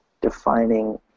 defining